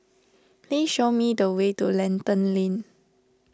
please show me the way to Lentor Lane